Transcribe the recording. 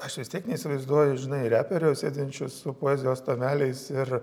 aš vis tiek neįsivaizduoju žinai reperio sėdinčio su poezijos tomeliais ir